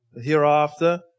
hereafter